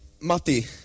Matti